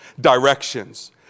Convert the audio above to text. directions